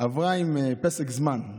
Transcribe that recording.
היא עברה עם פסק זמן,